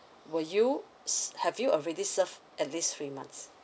were you ser~ have you already served at least three months